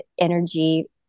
energy